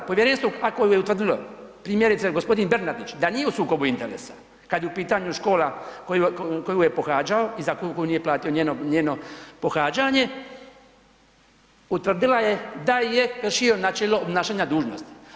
Povjerenstvo ako je utvrdilo, primjerice, g. Bernardić, da nije u sukobu interesa, kad je u pitanju škola koju je pohađao i za koju nije platio njeno pohađanje, utvrdila je da je kršio načelo obnašanja dužnosti.